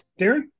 Darren